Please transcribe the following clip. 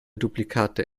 duplikate